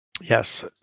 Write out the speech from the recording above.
Yes